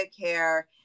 Care